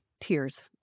tears